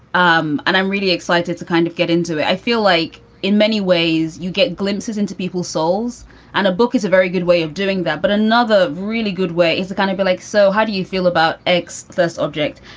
um and i'm really excited to kind of get into it. i feel like in many ways you get glimpses into people's souls and a book is a very good way of doing that. but another really good way is to kind of be like, so how do you feel about x, this object?